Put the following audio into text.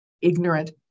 ignorant